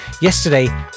Yesterday